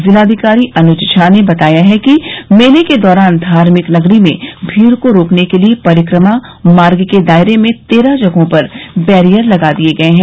ज़िलाधिकारी अनुज झा ने बताया है कि मेले के दौरान धार्मिक नगरी में भीड़ को रोकने के लिये परिक्रमा मार्ग के दायरे में तेरह जगहों पर वैरियर लगा दिये गये हैं